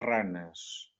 ranes